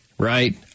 Right